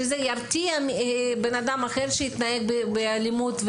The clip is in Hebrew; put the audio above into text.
שירתיע אדם אחר מלהתנהג באלימות?